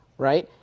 right.